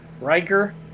Riker